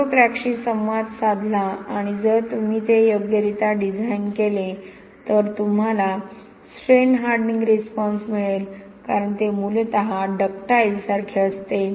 micro क्रॅकशी संवाद साधला आणि जर तुम्ही ते योग्यरित्या डिझाइन केले तर तुम्हाला स्ट्रेन हार्डनिंग रिस्पॉन्स मिळेल कारण ते मूलत डक्टाइलसारखे असते